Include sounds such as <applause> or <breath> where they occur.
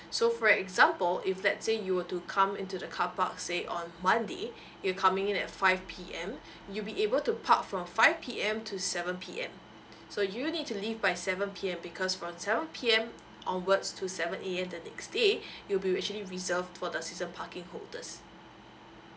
so for example if let's say you were to come into the car park say on monday <breath> you're coming in at five P_M <breath> you'll be able to park from five P_M to seven P_M <breath> so you need to leave by seven P_M because from seven P_M onwards to seven A_M the next day <breath> it'll be actually reserved for the season parking holders